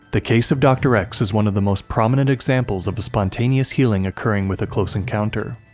the case of dr. x is one of the most prominent examples of a spontaneous healing occurring with a close encounter.